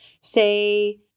say